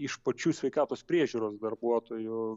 iš pačių sveikatos priežiūros darbuotojų